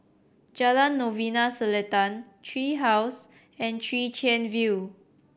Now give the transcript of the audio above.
Jalan Novena Selatan Tree House and Chwee Chian View